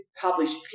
published